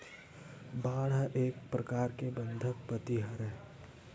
bond ह एक परकार ले बंधक पाती हरय